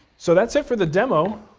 so that's it for the demo.